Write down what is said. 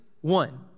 one